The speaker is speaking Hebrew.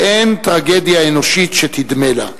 ואין טרגדיה אנושית שתדמה לה.